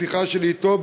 בשיחה שלי אתו,